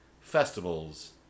festivals